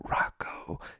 Rocco